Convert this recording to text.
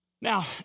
Now